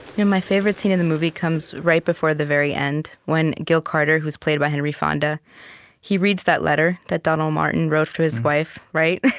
my favorite scene in the movie comes right before the very end, when gil carter, who's played by henry fonda he reads that letter that donald martin wrote to his wife right